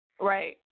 right